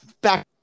back